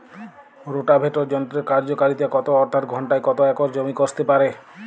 Rotavator যন্ত্রের কার্যকারিতা কত অর্থাৎ ঘণ্টায় কত একর জমি কষতে পারে?